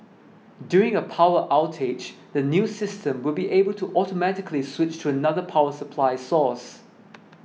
during a power outage the new system will be able to automatically switch to another power supply source